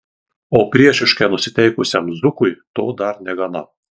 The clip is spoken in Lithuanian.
o priešiškai nusiteikusiam zukui to dar negana